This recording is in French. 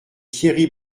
thierry